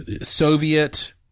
Soviet